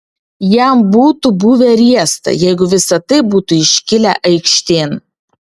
jam būtų buvę riesta jeigu visa tai būtų iškilę aikštėn